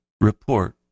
report